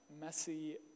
messy